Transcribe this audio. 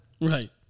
right